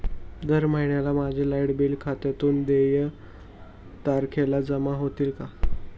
दर महिन्याला माझ्या लाइट बिल खात्यातून देय तारखेला जमा होतील का?